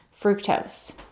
fructose